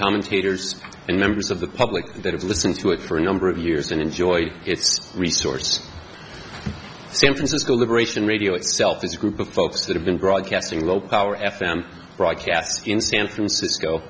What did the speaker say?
commentators and members of the public that have listened to it for a number of years and enjoyed its resource san francisco liberation radio itself is a group of folks that have been broadcasting low power f m broadcast in san francisco